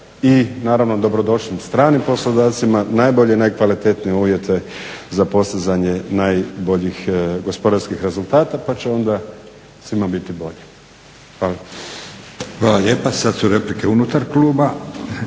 i naravno dobro došlim stranim poslodavcima, najbolje, najkvalitetnije uvjete za postizanje najboljih gospodarskih rezultata, pa će onda svima biti bolje. Hvala. **Leko, Josip (SDP)** Hvala lijepa. Sad su replike unutar kluba